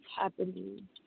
happening